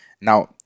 Now